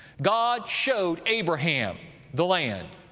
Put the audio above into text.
god showed abraham the land,